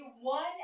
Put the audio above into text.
one